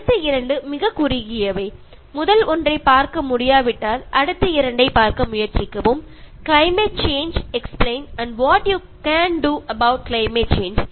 அடுத்த இரண்டு மிகக் குறுகியவை முதல் ஒன்றைப் பார்க்க முடியாவிட்டால் அடுத்த இரண்டைப் பார்க்க முயற்சிக்கவும் - climate change explained and what you can do about climate change